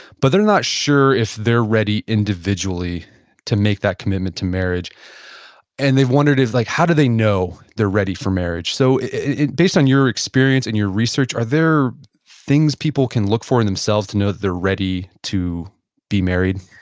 but they're not sure if they're ready individually to make that commitment to marriage and they've wondered if like how do they know they're ready for marriage. so based on your experience and your research, are there things people can look for in themselves to know that they're ready to be married?